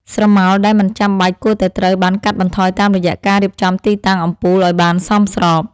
ស្រមោលដែលមិនចាំបាច់គួរតែត្រូវបានកាត់បន្ថយតាមរយៈការរៀបចំទីតាំងអំពូលឱ្យបានសមស្រប។